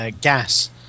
gas –